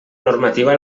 normativa